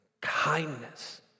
kindness